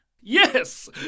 Yes